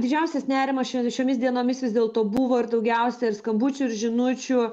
didžiausias nerimas šiomis dienomis vis dėlto buvo ir daugiausia ir skambučių ir žinučių